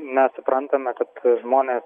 mes suprantame kad žmonės